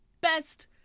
best